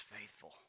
faithful